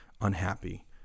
unhappy